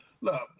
Look